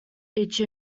each